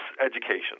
education